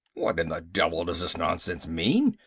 what in the devil does this nonsense mean?